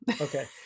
okay